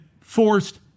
forced